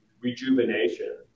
rejuvenation